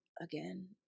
Again